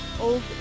Old